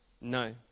No